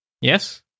Yes